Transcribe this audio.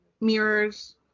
mirrors